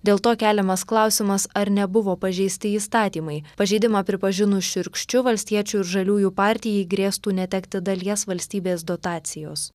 dėl to keliamas klausimas ar nebuvo pažeisti įstatymai pažeidimą pripažinus šiurkščiu valstiečių ir žaliųjų partijai grėstų netekti dalies valstybės dotacijos